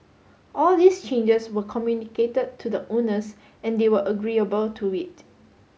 all these changes were communicated to the owners and they were agreeable to it